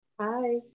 hi